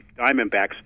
Diamondbacks